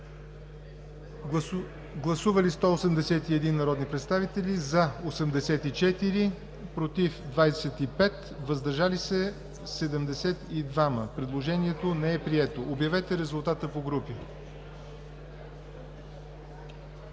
Гласували 181 народни представители: за 84, против 25, въздържали се 72. Предложението не е прието. Уважаеми народни